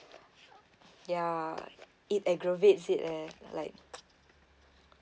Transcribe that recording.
ya it aggravates it eh like